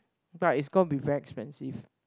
but is gonna be very expensive